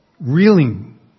reeling